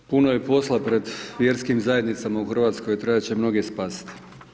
Puno je posla pred vjerskim zajednicama u Hrvatskoj, trebat će mnoge spasiti.